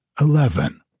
eleven